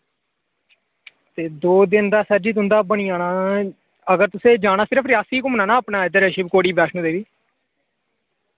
ते दो दिन दा सर जी तुंदा बनी जाना अगर तुसें जाना सिर्फ रियासी ही घुम्मना ना अपना इद्धर शिव खोड़ी वैश्णो देवी